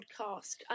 podcast